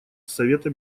совета